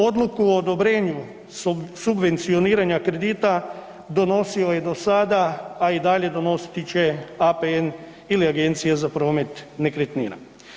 Odluku o odobrenju subvencioniranja kredita donosilo je do sada, a i dalje donositi će APN ili Agencija za promet nekretnina.